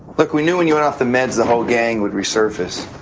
but we knew when you were off the meds the whole gang would resurface.